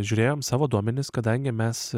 žiūrėjom savo duomenis kadangi mes